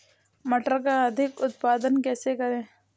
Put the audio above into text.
मटर का अधिक उत्पादन कैसे करें?